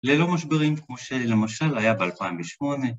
ללא משברים כמו שלמשל היה ב-2008